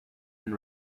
and